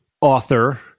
author